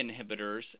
inhibitors